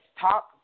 Talk